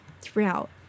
Throughout